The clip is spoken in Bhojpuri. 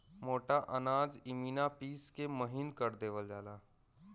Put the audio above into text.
मोटा अनाज इमिना पिस के महीन कर देवल जाला